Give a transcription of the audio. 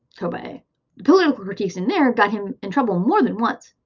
toba-e. the political critiques in there got him in trouble more than once.